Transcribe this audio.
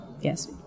yes